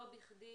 לא בכדי